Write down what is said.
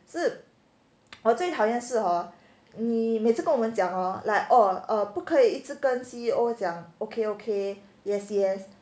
是我最讨厌是 hor 你每次跟我们讲 hor like oh uh 不可以一直跟 C_E_O 讲 okay okay yes yes